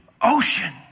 ocean